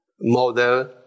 model